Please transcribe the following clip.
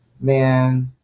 Man